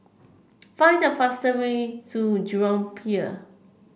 find the fastest way to Jurong Pier